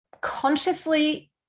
consciously